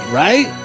right